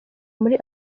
muri